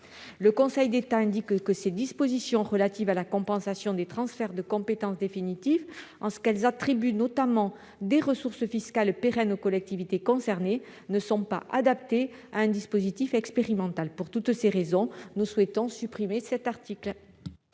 Le Conseil d'État indique que ces dispositions relatives à la compensation des transferts de compétences définitifs, en ce qu'elles attribuent notamment des ressources fiscales pérennes aux collectivités concernées, ne sont pas adaptées à un dispositif expérimental. Pour toutes ces raisons, nous souhaitons supprimer cet article.